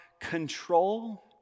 control